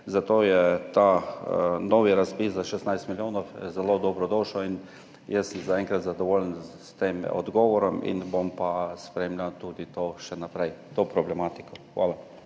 zato je ta novi razpis za 16 milijonov zelo dobrodošel. Jaz sem zaenkrat zadovoljen s tem odgovorom, bom pa spremljal tudi to problematiko še